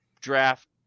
draft